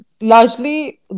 largely